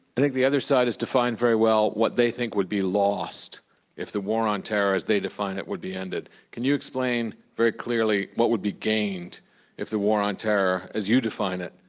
i think the other side has defined very well what they think would be lost if the war on terror, as they define it, would be ended. can you explain very clearly what would be gained if the war on terror, as you define it,